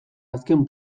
azken